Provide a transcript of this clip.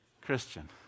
Christian